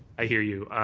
i hear you.